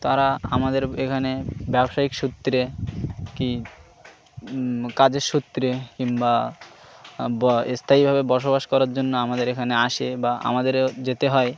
তারা আমাদের এখানে ব্যবসায়িক সূত্রে কি কাজের সূত্রে কিংবা স্থায়ীভাবে বসবাস করার জন্য আমাদের এখানে আসে বা আমাদেরও যেতে হয়